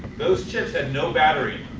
those chips had no battery